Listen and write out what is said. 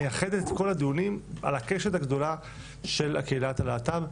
היא מייחדת את כל הדיונים לנושא הקשת הגדולה של קהילת הלהט"ב.